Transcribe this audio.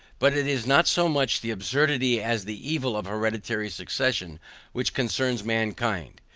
but it is not so much the absurdity as the evil of hereditary succession which concerns mankind.